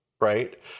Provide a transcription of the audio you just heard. right